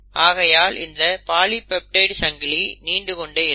ஆகையால் இந்த பாலிபெப்டைடு சங்கிலி நீண்டுகொண்டே இருக்கும்